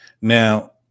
Now